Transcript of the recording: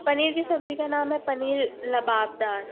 पनीर की सब्जी का नाम है पनीर लबाबदार